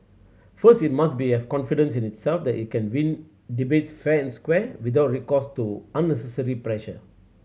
first it must be have confidence in itself that it can win debates fair and square without recourse to unnecessary pressure